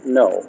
no